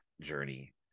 journey